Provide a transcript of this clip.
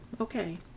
Okay